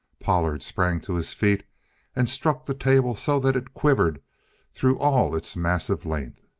pollard sprang to his feet and struck the table so that it quivered through all its massive length.